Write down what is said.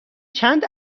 چند